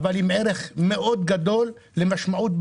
אבל לצערי נשארתי רק